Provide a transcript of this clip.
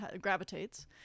gravitates